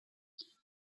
six